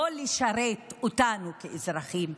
לא לשרת אותנו כאזרחים?